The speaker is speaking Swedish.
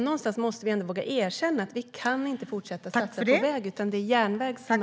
Någonstans måste vi våga erkänna att vi inte kan fortsätta satsa på väg, utan det är järnväg som är .